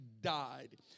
died